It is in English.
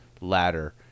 ladder